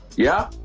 yeah,